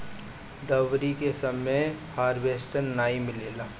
दँवरी के समय हार्वेस्टर नाइ मिलेला